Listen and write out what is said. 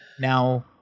Now